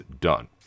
done